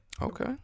Okay